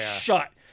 shut